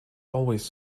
always